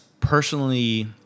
personally